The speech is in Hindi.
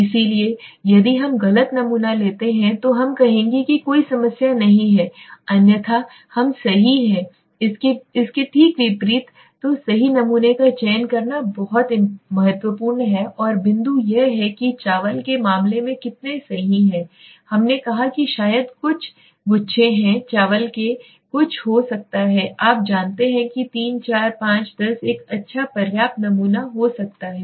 इसलिए यदि हम गलत नमूना लेते हैं तो हम कहेंगे कि कोई समस्या नहीं है अन्यथा हम सही हैं इसके ठीक विपरीत तो सही नमूने का चयन करना बहुत महत्वपूर्ण है और बिंदु यह है कि चावल के मामले में कितने सही हैं हमने कहा कि शायद कुछ गुच्छे हैं चावल के कुछ हो सकता है आप जानते हैं कि 3 4 5 10 एक अच्छा पर्याप्त नमूना हो सकता है